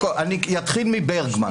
אני אתחיל מברגמן.